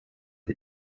des